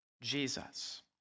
Jesus